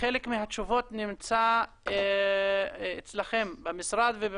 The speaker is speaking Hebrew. וחלק מהתשובות נמצא אצלכם במשרד ובמשטרה.